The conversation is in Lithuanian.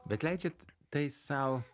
bet leidžiat tai sau